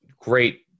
great